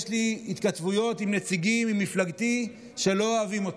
יש לי התכתבויות עם נציגים ממפלגתי שלא אוהבים אותה,